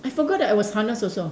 I forgot that I was harnessed also